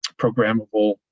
programmable